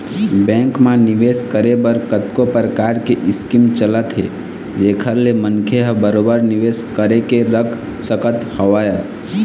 bank म निवेस करे बर कतको परकार के स्कीम चलत हे जेखर ले मनखे ह बरोबर निवेश करके रख सकत हवय